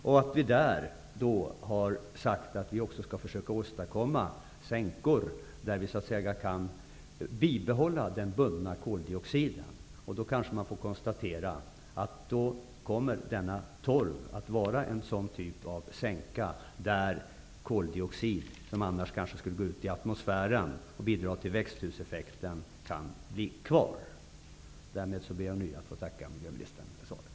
I samband med Riokonferensen sade vi att vi skall försöka åstadkomma sänkor, där vi så att säga kan bibehålla den bundna koldioxiden. Då kanske man får konstatera att denna torv kommer att vara en sådan typ av sänka, där koldioxid som annars kanske skulle gå ut i atmosfären och bidra till växthuseffekten, kan bli kvar. Därmed ber jag ånyo att få tacka miljöministern för svaret.